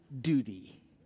duty